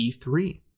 e3